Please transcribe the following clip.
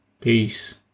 Peace